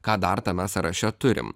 ką dar tame sąraše turim